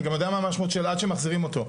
אני גם יודע מה המשמעות של עד שמחזירים אותו,